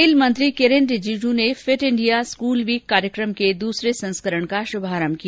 खेल मंत्री किरेन रिजिजू ने फिट इंडिया स्कूल वीक कार्यक्रम के दूसरे संस्करण का शुभारंभ किया